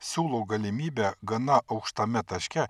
siūlo galimybę gana aukštame taške